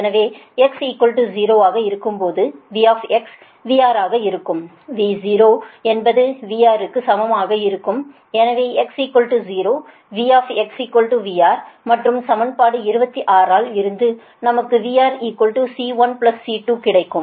எனவே x 0 ஆக இருக்கும்போது V VR ஆக இருக்கும் V 0 என்பது VR க்கு சமமாக இருக்கும் எனவே x 0 V VR மற்றும் சமன்பாடு 26 இல் இருந்து நமக்கு VR C1 C2 கிடைக்கும்